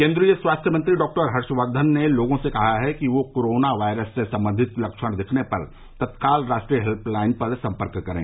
केन्द्रीय स्वास्थ्य मंत्री डॉक्टर हर्षवर्धन ने लोगों से कहा है कि ये कोरोना वायरस से संबंधित लक्षण दिखने पर तत्काल राष्ट्रीय हेल्यलाईन पर संपर्क करें